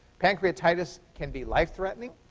pancreatitis can be life-threatening.